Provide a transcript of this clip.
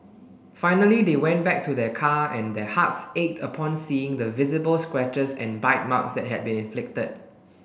finally they went back to their car and their hearts ached upon seeing the visible scratches and bite marks that had been inflicted